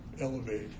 elevate